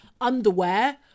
underwear